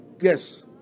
Yes